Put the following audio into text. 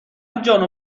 جان